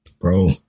Bro